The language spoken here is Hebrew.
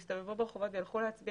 יסתובבו ברחובות וילכו להצביע